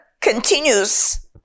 continues